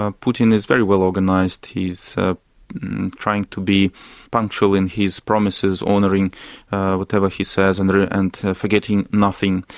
ah putin is very well organised. he's trying to be punctual in his promises, honouring whatever he says and and forgetting nothing.